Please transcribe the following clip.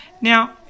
now